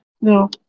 No